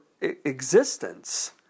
existence